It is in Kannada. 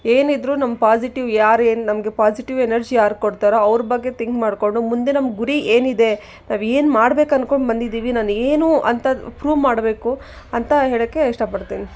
ಏನಿದ್ದರೂ ನಮ್ಮ ಪೊಸಿಟಿವ್ ಯಾರು ಏನು ನಮ್ಗೆ ಪೊಸಿಟಿವ್ ಎನರ್ಜಿ ಯಾರು ಕೊಡ್ತಾರೊ ಅವರ ಬಗ್ಗೆ ಥಿಂಕ್ ಮಾಡಿಕೊಂಡು ಮುಂದೆ ನಮ್ಮ ಗುರಿ ಏನಿದೆ ನಾವು ಏನು ಮಾಡ್ಬೇಕು ಅನ್ಕೊಂಡು ಬಂದಿದ್ದೀವಿ ನಾನೇನು ಅಂತ ಪ್ರೂವ್ ಮಾಡಬೇಕು ಅಂತ ಹೇಳಕ್ಕೆ ಇಷ್ಟ ಪಡ್ತೀನಿ